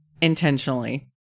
intentionally